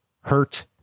hurt